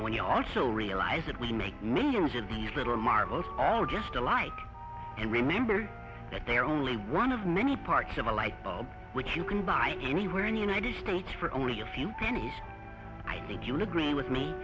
when you also realize that we make millions of these little marbles all just alike and remember that there are only one of many parts of a light bulb which you can buy anywhere in the united states for only a few pennies i think you'll agree with me